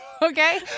Okay